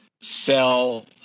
sell